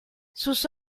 sus